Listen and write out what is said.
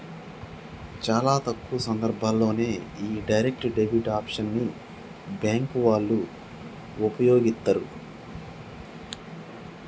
చాలా తక్కువ సందర్భాల్లోనే యీ డైరెక్ట్ డెబిట్ ఆప్షన్ ని బ్యేంకు వాళ్ళు వుపయోగిత్తరు